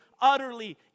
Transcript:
utterly